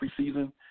preseason